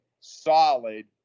solid